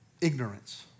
ignorance